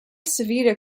civita